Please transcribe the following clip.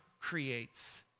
creates